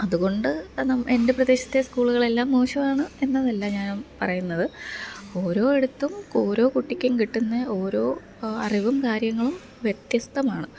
അതുകൊണ്ട് അത് എന്റെ പ്രദേശത്തെ സ്കൂളുകളെല്ലാം മോശവാണ് എന്നതല്ല ഞാനം പറയുന്നത് ഓരോ എടത്തും ഓരോ കുട്ടിക്കും കിട്ടുന്നെ ഓരോ അറിവും കാര്യങ്ങളും വ്യത്യസ്തമാണ്